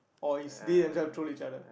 or is they themselves troll each other